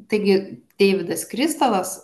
taigi deividas kristalas